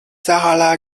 撒哈拉